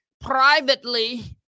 privately